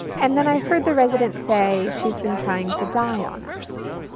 and then i heard the resident say, she's been trying to die on us.